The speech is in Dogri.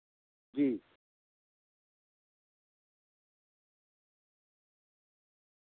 जी